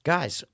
Guys